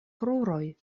kruroj